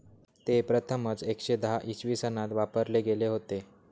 ते प्रथमच एकशे दहा इसवी सनात वापरले गेले होते